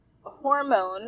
hormone